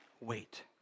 wait